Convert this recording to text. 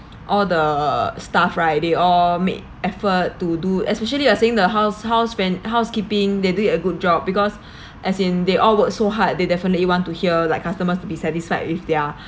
all the staff right they all made effort to do especially you are saying the house house when housekeeping they did a good job because as in they all work so hard they definitely want to hear like customers to be satisfied with their